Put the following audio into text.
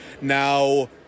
now